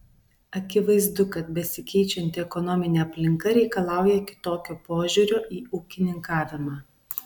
akivaizdu kad besikeičianti ekonominė aplinka reikalauja kitokio požiūrio į ūkininkavimą